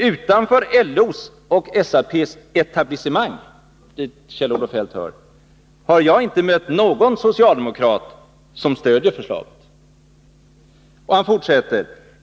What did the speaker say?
Utanför LO:s och SAP:s etablissemang” — dit Kjell-Olof Feldt hör — ”har jag inte mött någon socialdemokrat som stödjer förslaget.